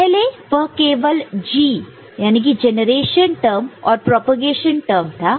पहले वह केवल G जनरेशन टर्म और प्रोपेगेशन टर्म था